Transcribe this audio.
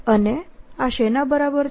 અને આ શેના બરાબર છે